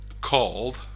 called